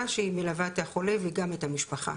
שהיא מלווה את החולה וגם את המשפחה.